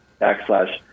backslash